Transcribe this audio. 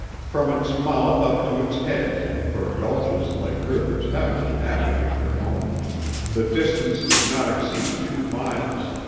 from its mouth up to its head for gulches, like rivers, have an anatomy of their own the distance does not exceed two miles,